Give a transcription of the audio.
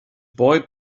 boy